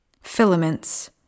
filaments